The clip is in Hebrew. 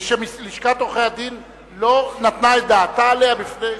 ולשכת עורכי-הדין לא נתנה את דעתה עליה בפני,